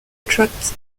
attract